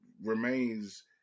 remains